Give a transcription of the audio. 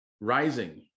rising